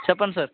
చెప్పండి సార్